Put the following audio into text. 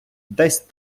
десь